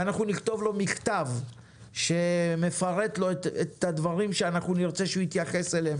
ואנחנו נכתוב לו מכתב שמפרט לו את הדברים שאנחנו נרצה שהוא יתייחס אליהם